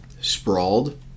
sprawled